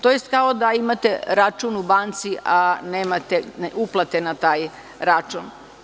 To je kao da imate račun u banci, ali nemate uplate na taj račun.